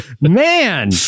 Man